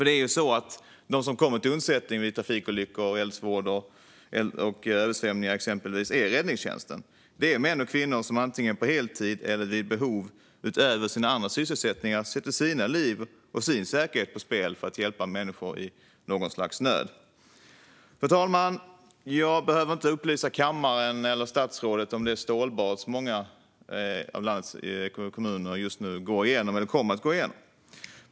De som kommer till undsättning vid exempelvis trafikolyckor, eldsvådor och översvämningar är ju räddningstjänsterna. Det är män och kvinnor som antingen på heltid eller vid behov utöver sina andra sysselsättningar sätter sitt liv och sin säkerhet på spel för att hjälpa människor i något slags nöd. Fru talman! Jag behöver inte upplysa kammaren eller statsrådet om det stålbad som många av landets kommuner just nu går igenom eller kommer att gå igenom.